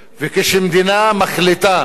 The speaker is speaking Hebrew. וכשמדינה מחליטה,